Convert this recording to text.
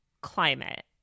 climate